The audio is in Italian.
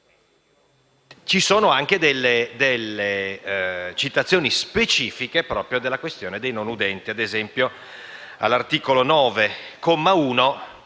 Ci sono anche delle citazioni specifiche relative alla questione dei non udenti. Ad esempio all'articolo 9,